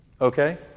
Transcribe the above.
Okay